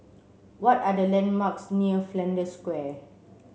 what are the landmarks near Flanders Square